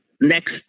next